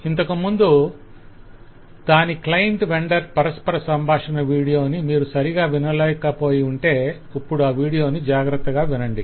ఇంతకుముందు దాని client vendor పరస్పర సంభాషణ వీడియోని మీరు సరిగా వినలేకపోయి ఉంటే ఇప్పుడు ఆ వీడియోని జాగ్రత్తగా వినండి